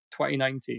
2019